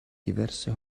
diverse